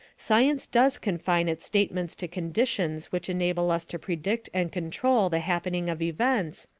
science does confine its statements to conditions which enable us to predict and control the happening of events,